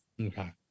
okay